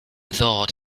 thought